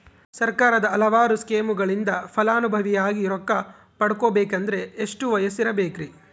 ಸರ್ಕಾರದ ಹಲವಾರು ಸ್ಕೇಮುಗಳಿಂದ ಫಲಾನುಭವಿಯಾಗಿ ರೊಕ್ಕ ಪಡಕೊಬೇಕಂದರೆ ಎಷ್ಟು ವಯಸ್ಸಿರಬೇಕ್ರಿ?